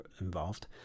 involved